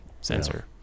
sensor